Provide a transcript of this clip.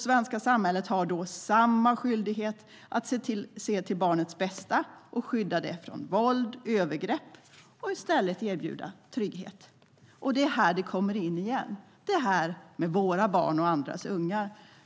Svenska samhället har då samma skyldighet att se till barnets bästa och skydda det från våld och övergrepp och i stället erbjuda trygghet. Det är här det kommer in igen, det här med våra barn och andras ungar.